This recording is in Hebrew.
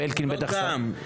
ואלקין בטח --- זה לא גם.